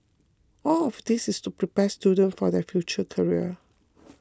all of this to prepare students for their future career